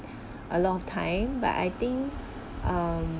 a lot of time but I think um